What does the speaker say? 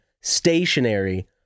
stationary